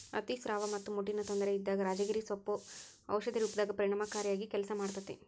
ಅತಿಸ್ರಾವ ಮತ್ತ ಮುಟ್ಟಿನ ತೊಂದರೆ ಇದ್ದಾಗ ರಾಜಗಿರಿ ಸೊಪ್ಪು ಔಷಧಿ ರೂಪದಾಗ ಪರಿಣಾಮಕಾರಿಯಾಗಿ ಕೆಲಸ ಮಾಡ್ತೇತಿ